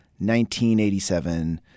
1987